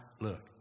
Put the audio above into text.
Look